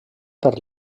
per